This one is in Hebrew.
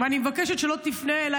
ואני מבקשת שלא תפנה אליי,